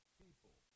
people